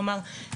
כלומר,